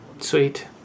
Sweet